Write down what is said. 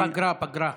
פגרה, פגרה.